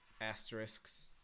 Asterisks